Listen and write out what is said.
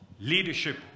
leadership